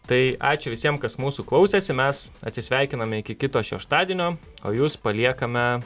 tai ačiū visiem kas mūsų klausėsi mes atsisveikiname iki kito šeštadienio o jus paliekame